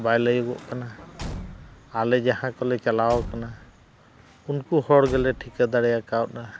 ᱵᱟᱭ ᱞᱟᱹᱭᱚᱜ ᱠᱟᱱᱟ ᱟᱞᱮ ᱡᱟᱦᱟᱸ ᱠᱚᱞᱮ ᱪᱟᱞᱟᱣ ᱠᱟᱱᱟ ᱩᱱᱠᱩ ᱦᱚᱲ ᱜᱮᱞᱮ ᱴᱷᱤᱠᱟᱹ ᱫᱟᱲᱮ ᱟᱠᱟᱣᱫᱟ